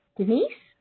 Denise